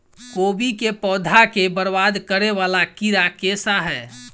कोबी केँ पौधा केँ बरबाद करे वला कीड़ा केँ सा है?